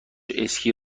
اسکی